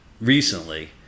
recently